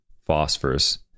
phosphorus